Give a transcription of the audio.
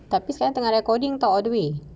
tapi sekarang tengah recording tahu all the way